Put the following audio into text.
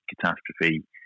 Catastrophe